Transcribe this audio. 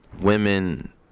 women